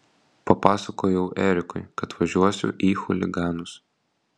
papasakojau erikui kad važiuosiu į chuliganus